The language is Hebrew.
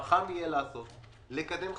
חכם יהיה לקדם חקיקה,